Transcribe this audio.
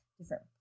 different